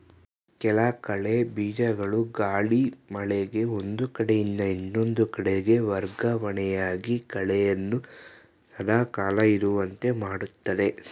ಕೆಲ ಕಳೆ ಬೀಜಗಳು ಗಾಳಿ, ಮಳೆಗೆ ಒಂದು ಕಡೆಯಿಂದ ಇನ್ನೊಂದು ಕಡೆಗೆ ವರ್ಗವಣೆಯಾಗಿ ಕಳೆಯನ್ನು ಸದಾ ಕಾಲ ಇರುವಂತೆ ಮಾಡುತ್ತದೆ